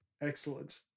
Excellent